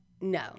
No